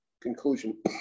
conclusion